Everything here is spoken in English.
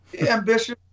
ambitious